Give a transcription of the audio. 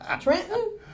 Trenton